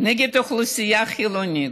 נגד אוכלוסייה חילונית.